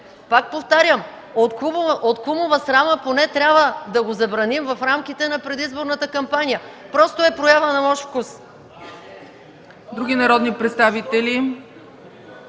Пак повтарям, от кумова срама поне трябва да го забраним в рамките на предизборната кампания. Просто е проява на лош вкус.